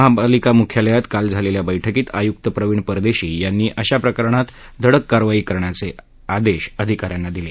महापालिका मुख्यालयात काल झालेल्या बैठकीत आयुक्त प्रवीण परदेशी यांनी अशा प्रकरणांत धडक कारवाई करण्याचे आदेश अधिकाऱ्यांना दिले